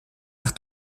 nach